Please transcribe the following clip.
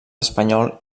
espanyol